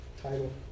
title